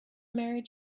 married